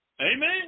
Amen